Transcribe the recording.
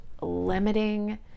limiting